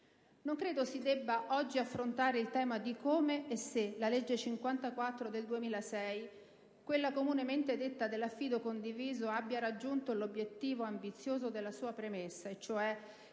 Non credo si debba oggi affrontare il tema di come e se la legge n. 54 del 2006, quella comunemente detta dell'affido condiviso, abbia raggiunto l'obiettivo ambizioso della sua premessa, e cioè